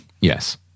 yes